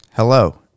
Hello